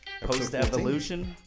Post-Evolution